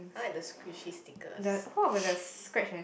I like the squishy stickers